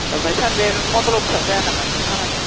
ओमफ्राय सार बे मण्डल अफिसाव जाया नामा बेफोर खामानिया